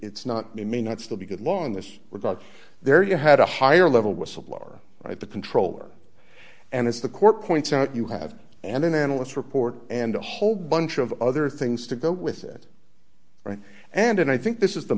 it's not may not still be good law in this regard there you had a higher level whistleblower write the controller and it's the court points out you have and then analysts report and a whole bunch of other things to go with it right and and i think this is the